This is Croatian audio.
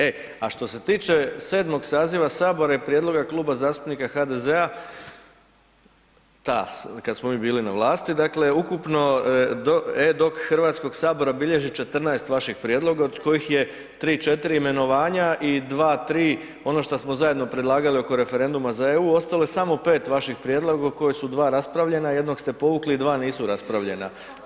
E a što se tiče 7. saziva Sabora i prijedloga Kluba zastupnika HDZ-a kad smo mi bili na vlasti, dakle, ukupno e-DOC Hrvatskog sabora bilježi 14 vaših prijedloga od kojih je 3, 4 imenovanja i 2, 3 ono šta smo zajedno predlagali oko referenduma za EU, ostalo je samo 5 vaših prijedloga koja su 2 raspravljena, 1 ste povukli i 2 nisu raspravljena.